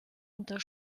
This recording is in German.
unter